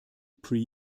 pre